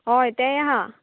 हय तेंय आहा